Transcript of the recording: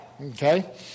Okay